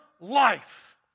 life